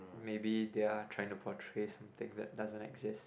maybe their trying to portray something that doesn't exist